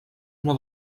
una